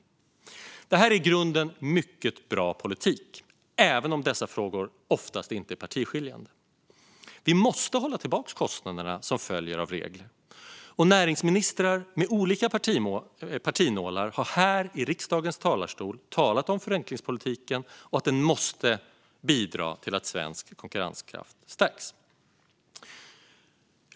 Detta är i grunden mycket bra politik, även om dessa frågor oftast inte är partiskiljande. Vi måste hålla tillbaka de kostnader som följer av regler. Näringsministrar med olika partinålar har här i riksdagens talarstol talat om förenklingspolitiken och att den måste bidra till att svensk konkurrenskraft stärks.